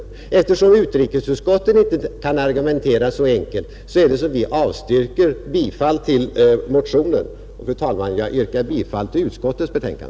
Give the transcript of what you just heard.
Eftersom utrikesutskottet inte kan argumentera så enkelt avstyrker vi motionen. Fru talman! Jag yrkar bifall till utskottets hemställan.